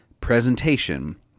presentation